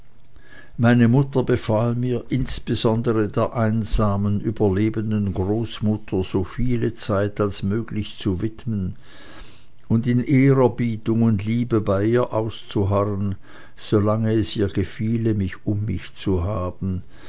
meine mutter befahl mir insbesondere der einsamen überlebenden großmutter so viele zeit als möglich zu widmen und in ehrerbietung und liebe bei ihr auszuharren solange es ihr gefiele mich um sich zu haben